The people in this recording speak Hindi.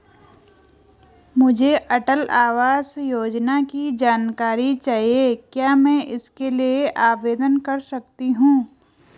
मुझे अटल आवास योजना की जानकारी चाहिए क्या मैं इसके लिए आवेदन कर सकती हूँ?